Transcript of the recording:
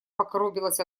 покоробилась